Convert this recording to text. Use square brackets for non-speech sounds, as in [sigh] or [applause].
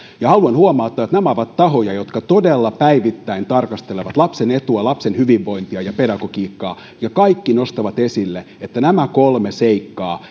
ja haluan huomauttaa että nämä ovat tahoja jotka todella päivittäin tarkastelevat lapsen etua lapsen hyvinvointia ja pedagogiikkaa ja kaikki nostavat esille että nämä kolme seikkaa [unintelligible]